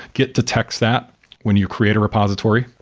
get to text that when you create a repository.